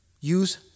use